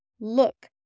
Look